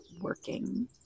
working